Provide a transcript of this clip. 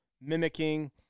mimicking